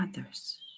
others